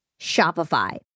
Shopify